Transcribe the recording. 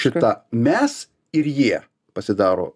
šitą mes ir jie pasidaro